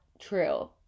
true